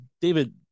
David